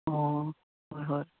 ꯑꯣ ꯍꯣꯏ ꯍꯣꯏ